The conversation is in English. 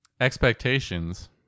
Expectations